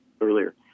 earlier